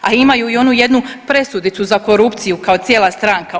A imaju i oni jednu presudicu za korupciju kao cijena stranka.